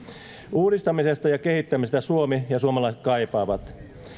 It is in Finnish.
uudistamista ja kehittämistä suomi ja suomalaiset kaipaavat